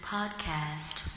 Podcast